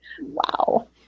Wow